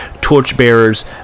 Torchbearer's